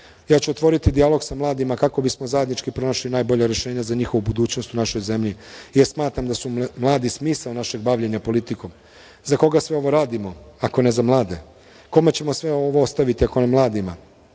ću otvoriti dijalog sa mladima kako bismo zajednički pronašli najbolja rešenja za njihovu budućnost u našoj zemlji jer smatram da su mladi smisao našeg bavljenja politikom. Za koga sve ovo radimo ako ne za mlade? Kome ćemo sve ovo ostaviti ako ne mladima?